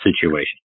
situation